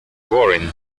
boring